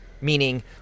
meaning